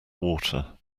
water